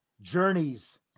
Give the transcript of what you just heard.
journeys